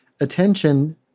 attention